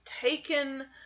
taken